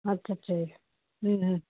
ਅੱਛਾ ਅੱਛਾ ਜੀ